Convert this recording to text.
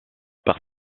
par